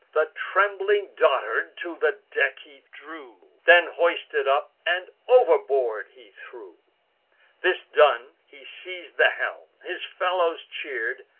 the trembling dotard to the deck he drew then hoisted up, and overboard he threw this done, he seiz'd the helm his fellows cheer'd,